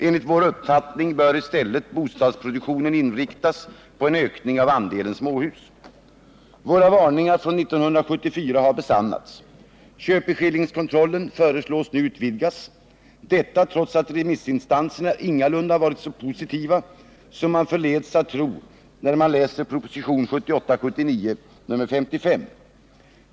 ——- Enligt vår uppfattning bör i stället bostadsproduktionen inriktas på en ökning av andelen småhus.” Våra varningar från 1974 har besannats. Köpeskillingskontrollen föreslås nu utvidgas —detta trots att remissinstanserna ingalunda varit så positiva som man förleds att tro när man läser propositionen 1978/79:55.